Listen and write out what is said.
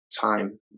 time